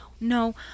no